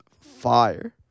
fire